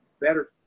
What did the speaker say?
better